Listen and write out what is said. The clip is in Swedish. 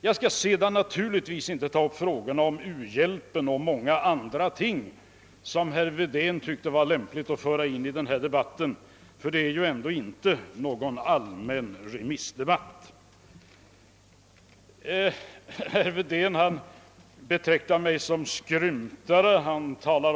Jag skall naturligtvis inte ta upp frågorna om u-hjälp och många andra ting som herr Wedén tyckte var lämpliga att föra in i debatten — det är ändå inte någon allmän remissdebatt i dag. Herr Wedén betecknade mig som skrymtare.